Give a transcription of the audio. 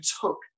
took